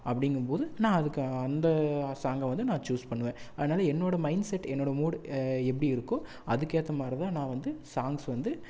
அப்படிங்கும்போது நான் அதுக்கு அந்த சாங்கை வந்து நான் சூஸ் பண்ணுவேன் அதனால் என்னோடய மைண்ட் செட் என்னோடய மூட் எப்படி இருக்கோ அதுக்கேற்ற மாதிரி தான் நான் வந்து சாங்ஸ் வந்து